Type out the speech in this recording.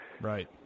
Right